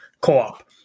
co-op